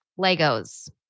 Legos